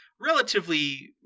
relatively